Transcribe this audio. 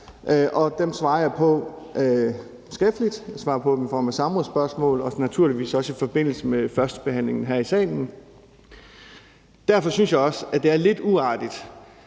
og dem svarer jeg på skriftligt. Jeg svarer på dem i form af samrådsspørgsmål og naturligvis også i forbindelse med førstebehandlingen her i salen. Derfor synes jeg også, det er lidt uartigt,